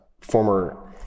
former